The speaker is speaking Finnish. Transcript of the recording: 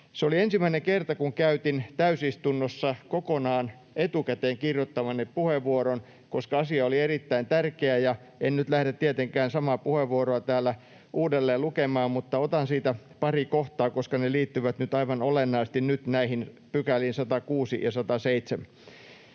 Se oli ensimmäinen kerta, kun käytin täysistunnossa kokonaan etukäteen kirjoittamani puheenvuoron, koska asia oli erittäin tärkeä. En nyt lähde tietenkään samaa puheenvuoroa täällä uudelleen lukemaan, mutta otan siitä pari kohtaa, koska ne liittyvät nyt aivan olennaisesti näihin 106 ja 107